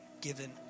given